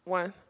one